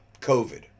COVID